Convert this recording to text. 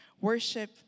Worship